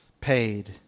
paid